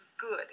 good